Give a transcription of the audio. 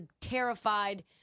terrified